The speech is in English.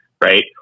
right